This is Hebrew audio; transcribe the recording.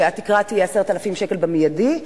שהתקרה תהיה 10,000 שקל במיידי,